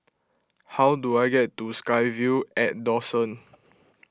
how do I get to SkyVille at Dawson